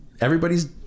everybody's